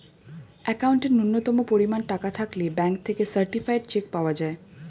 অ্যাকাউন্টে ন্যূনতম পরিমাণ টাকা থাকলে ব্যাঙ্ক থেকে সার্টিফায়েড চেক পাওয়া যায়